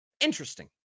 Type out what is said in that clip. Interesting